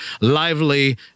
lively